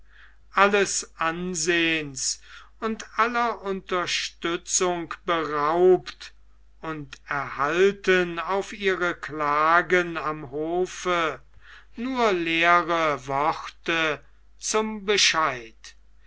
alles ansehens und aller unterstützung beraubt und erhalten auf ihre klagen am hofe nur leere worte zum bescheid